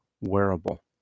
wearable